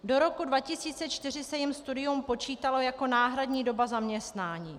Do roku 2004 se jim studium počítalo jako náhradní doba zaměstnání.